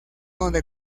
donde